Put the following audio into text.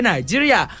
Nigeria